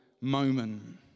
moment